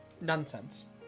Nonsense